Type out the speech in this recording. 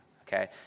okay